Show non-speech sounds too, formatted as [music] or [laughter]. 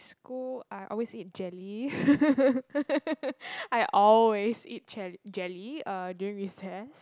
school I always eat jelly [laughs] I always eat jel~ jelly uh during recess